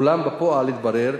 אדוני היושב-ראש, כבוד השר, חברי,